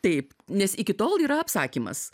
taip nes iki tol yra apsakymas